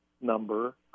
number